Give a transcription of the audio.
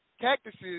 Cactuses